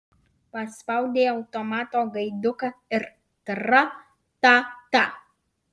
paspaudei automato gaiduką ir tra ta ta